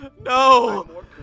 no